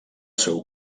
seu